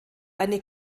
eine